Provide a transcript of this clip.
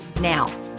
Now